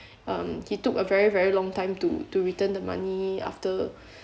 um he took a very very long time to to return the money after